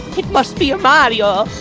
it must be mario!